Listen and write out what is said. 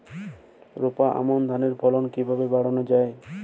রোপা আমন ধানের ফলন কিভাবে বাড়ানো যায়?